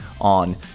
on